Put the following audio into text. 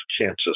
chances